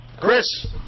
Chris